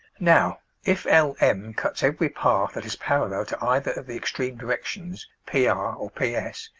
now if l m cuts every path that is parallel to either of the extreme directions, p r or p s,